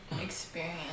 experience